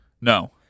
No